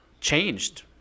changed